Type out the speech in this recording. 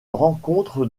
rencontre